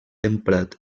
emprat